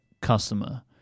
customer